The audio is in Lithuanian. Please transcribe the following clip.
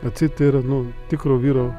atseit tai yra nu tikro vyro